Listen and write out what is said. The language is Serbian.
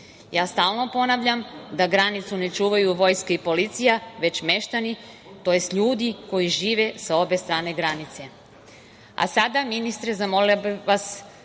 Stalno ponavljam, da granicu ne čuvaju vojska i policija, već meštani, tj. ljudi koji žive sa obe strane granice. Sada